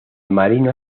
marino